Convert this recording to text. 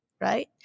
Right